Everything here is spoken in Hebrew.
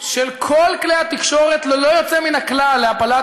של כל כלי התקשורת ללא יוצא מן הכלל להפלת